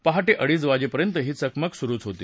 पहाटे अडीच वाजेपर्यंत ही चकमक सुरु होती